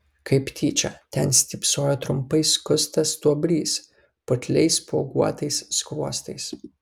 kaip tyčia ten stypsojo trumpai skustas stuobrys putliais spuoguotais skruostais